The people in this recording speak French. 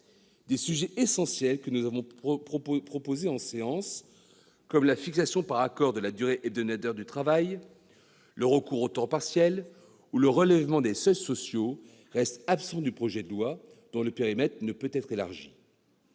Des sujets essentiels que nous avons proposés en séance, comme la fixation par accord de la durée hebdomadaire du travail, le recours au temps partiel ou le relèvement des seuils sociaux, restent absents du projet de loi, dont le périmètre ne peut être élargi.